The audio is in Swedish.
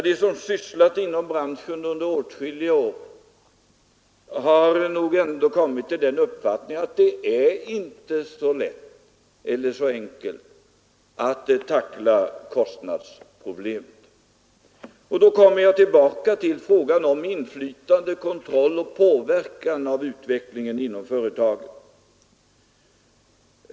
De som varit verksamma inom branschen under åtskilliga år har kommit till den uppfattningen att det inte är så enkelt att tackla kostnadsproblemet. Då kommer jag tillbaka till frågan om inflytande, kontroll och påverkan av utvecklingen inom företagen.